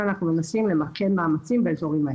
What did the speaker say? באזורים האלה אנחנו מנסים למקד מאמצים.